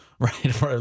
Right